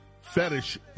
fetish